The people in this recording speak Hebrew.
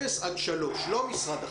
לא משרד החינוך.